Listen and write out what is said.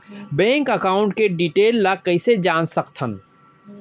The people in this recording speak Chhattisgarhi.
बैंक एकाउंट के डिटेल ल कइसे जान सकथन?